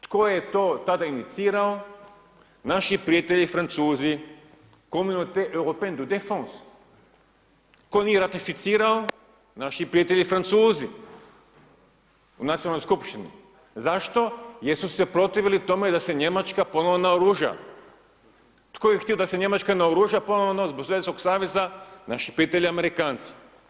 Tko je to tada inicirao, naši prijatelji Francuzi …/Govornik govori strani jezik, nerazumljivo./… tko nije ratificirao naši prijatelji Francuzi u nacionalnoj skupštini, zašto jer su se protivili tome da se Njemačka ponovo naoruža, tko je htio da se Njemačka naoruža ponovno zbog Sovjetskog Saveza, naši prijatelji Amerikanci.